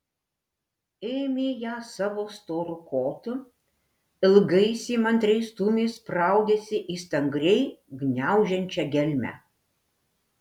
ėmė ją savo storu kotu ilgais įmantriais stūmiais spraudėsi į stangriai gniaužiančią gelmę